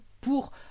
pour